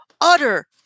utter